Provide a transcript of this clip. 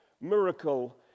Miracle